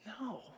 No